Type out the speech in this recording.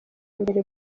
mbere